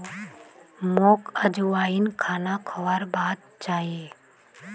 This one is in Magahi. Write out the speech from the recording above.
मोक अजवाइन खाना खाबार बाद चाहिए ही